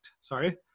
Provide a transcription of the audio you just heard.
sorry